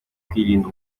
kwirindira